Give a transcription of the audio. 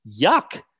yuck